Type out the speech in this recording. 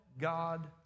God